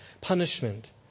punishment